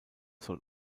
soll